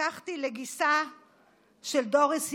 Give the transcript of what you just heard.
הבטחתי לגיסה של דוריס יחבס,